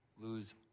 Lose